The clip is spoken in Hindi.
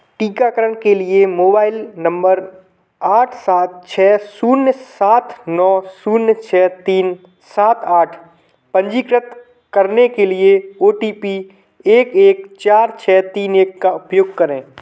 टीकाकरण के लिए मोबाइल नंबर आठ सात छ शून्य सात नौ शून्य छ तीन सात आठ पंजीकृत करने के लिए ओ टी पी एक एक चार छ तीन एक का उपयोग करें